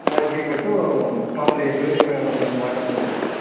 ಮಜ್ಜಿಗೆ ಕೊಟ್ಟು ಮಾಮೂಲಿ ಫ್ಯೂರಿಫೈ ಒಂದು ವಾಟರ್ ಕೊಡಬೇಕು